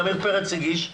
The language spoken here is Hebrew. עמיר פרץ הגיש,